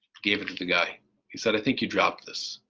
gave it to the guy he said i think you dropped this